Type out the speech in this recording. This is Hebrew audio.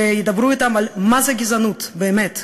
שידברו אתם על מה זה גזענות באמת,